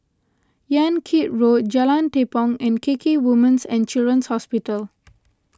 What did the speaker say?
Yan Kit Road Jalan Tepong and K K Women's and Children's Hospital